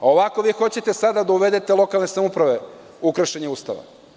Ovako, vi hoćete sada da uvedete lokalne samouprave u kršenje Ustava.